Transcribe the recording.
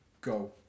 Go